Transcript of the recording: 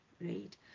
right